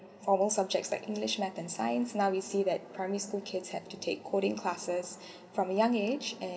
formal subjects like english math and science now you see that primary school kids had to take coding classes from a young age and